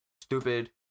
Stupid